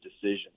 decision